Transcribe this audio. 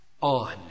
on